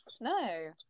No